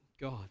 God